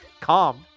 calm